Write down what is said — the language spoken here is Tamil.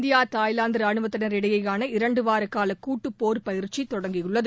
இந்தியா தாய்லாந்து ரானுவத்தினர் இடையேயான இரண்டு வார கால கூட்டுப்போர் பயிற்சி தொடங்கியுள்ளது